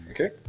Okay